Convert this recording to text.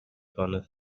gonna